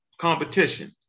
Competition